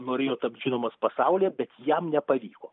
norėjo tapt žinomas pasaulyje bet jam nepavyko